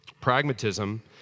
Pragmatism